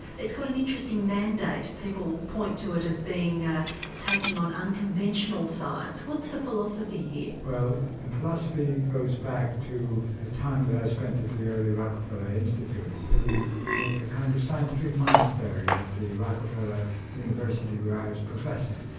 it's got an interesting mandate, people point to it as ah taking on unconventional science what's the philosophy here? well and the philosophy goes back to the time that i spent at the early rockefeller institute where ah we make a kind of scientific monastery at the rockefeller university where i was professor.